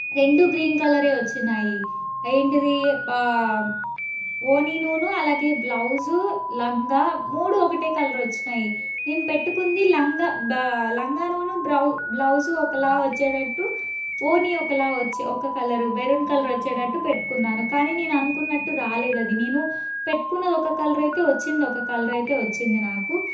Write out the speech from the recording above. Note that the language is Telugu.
రెండు గ్రీన్ కలరే వచ్చాయి ఏంటి ఇది ఓణీనూ అలాగే బ్లౌజ్ లంగా మూడు ఒకటే కలర్ వచ్చాయి నేను పెట్టుకుంది లంగా బా లంగానూ బ్రౌ బ్లౌజ్ ఒకలా వచ్చేటట్టు ఓణీ ఒకలా వచ్చే ఒక కలరు మెరూన్ కలర్ వచ్చేటట్టు పెట్టుకున్నాను కానీ నేను అనుకున్నట్టు రాలేదు అది నేను పెట్టుకున్నది ఒక కలర్ అయితే వచ్చింది ఒక కలర్ అయితే వచ్చింది నాకు